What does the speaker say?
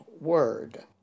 word